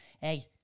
hey